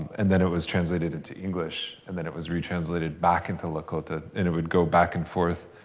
and then it was translated into english. and then it was re-translated back into lakota. and it would go back and forth.